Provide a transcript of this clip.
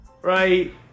Right